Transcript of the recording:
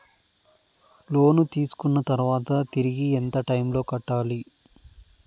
లోను తీసుకున్న తర్వాత తిరిగి ఎంత టైములో కట్టాలి